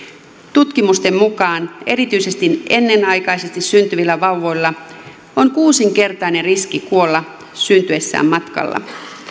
tutkimusten mukaan erityisesti ennenaikaisesti syntyvillä vauvoilla on kuusinkertainen riski kuolla syntyessään matkalla